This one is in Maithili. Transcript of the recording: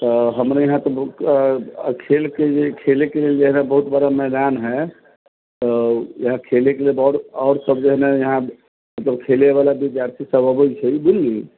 हमरा यहाँ तऽ खेल के जे खेलै के लेल जे है बहुत बड़ा मैदान है तऽ यए खेलै के लेल बहुत और सब जे है न यहाँ खेलै वला विद्यार्थी सब अबै छै बुझलि